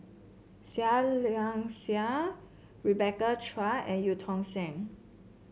Seah Liang Seah Rebecca Chua and Eu Tong Sen